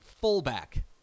fullback